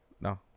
No